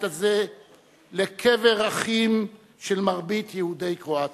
הזה לקבר אחים של מרבית יהודי קרואטיה.